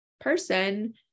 person